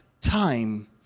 time